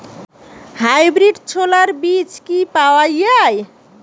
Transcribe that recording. Hybrid ছোলার বীজ কি পাওয়া য়ায়?